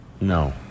No